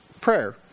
prayer